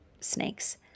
snakes